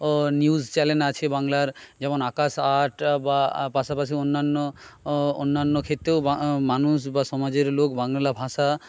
news channel আছে বাংলার যেমন আকাশ আট বা পাশাপাশি অন্যান্য অন্যান্য ক্ষেত্রেও মানুষ বা সমাজের লোক বাংলা ভাষা